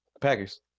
Packers